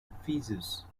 ephesus